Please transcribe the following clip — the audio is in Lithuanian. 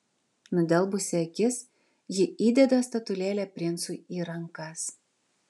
nudelbusi akis ji įdeda statulėlę princui į rankas